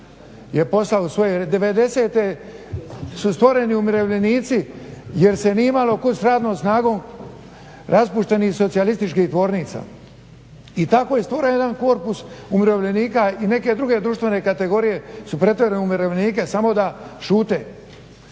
je poslao. Devedesete su stvoreni umirovljenici jer se nije imalo kuda sa radnom snagom raspuštenih socijalističkih tvornica. I tako je stvoren jedan korpus umirovljenika i neke druge društvene kategorije su pretvorene u umirovljenike samo da šute.